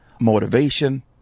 motivation